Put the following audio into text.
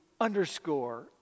underscore